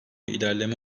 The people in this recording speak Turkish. ilerleme